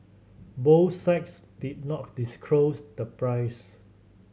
both sides did not disclose the price